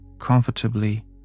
Comfortably